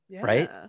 Right